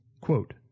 quote